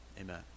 amen